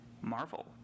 Marvel